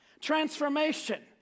Transformation